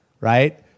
right